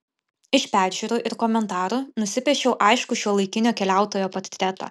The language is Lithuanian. iš peržiūrų ir komentarų nusipiešiau aiškų šiuolaikinio keliautojo portretą